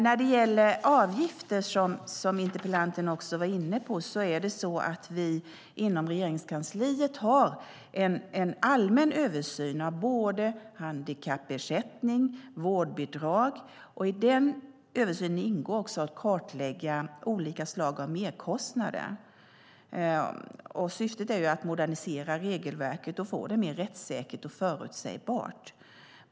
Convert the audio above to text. När det gäller avgifter, vilket interpellanten också var inne på, gör vi inom Regeringskansliet en allmän översyn av både handikappersättning och vårdbidrag. I den översynen ingår också att kartlägga olika merkostnader. Syftet är att modernisera regelverket och få det mer rättssäkert och förutsägbart.